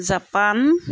Japan